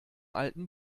alten